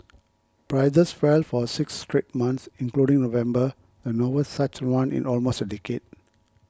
prices fell for six straight months including November the longest such run in almost a decade